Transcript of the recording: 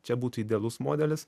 čia būtų idealus modelis